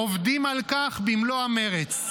עובדים על כך במלוא המרץ.